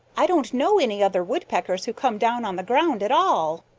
i don't know any other woodpeckers who come down on the ground at all.